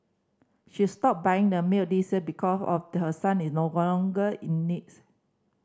she stopped buying the milk this year because of her son is no longer it needs